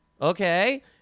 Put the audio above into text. Okay